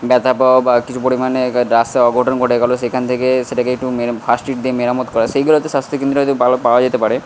ব্যথা পাওয়া বা কিছু পরিমাণে রাস্তায় অঘটন ঘটে গেল সেখান থেকে সেটাকে একটু ফার্স্ট এড দিয়ে মেরামত করা সেইগুলো হয়তো স্বাস্থ্যকেন্দ্রে হয়তো ভালো পাওয়া যেতে পারে